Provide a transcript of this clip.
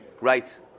Right